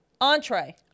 Entree